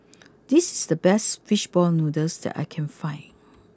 this is the best Fish Ball Noodles that I can find